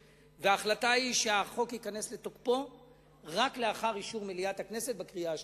ההחלטה היא שהחוק ייכנס לתוקף רק לאחר אישור מליאת הכנסת בקריאה שלישית.